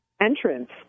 entrance